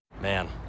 Man